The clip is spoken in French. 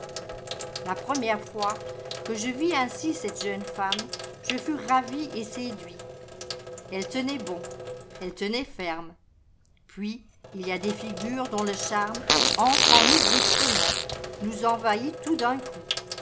la première fois que je vis ainsi cette jeune femme je fus ravi et séduit elle tenait bon elle tenait ferme puis il y a des figures dont le charme entre en nous brusquement nous envahit tout d'un coup